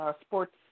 sports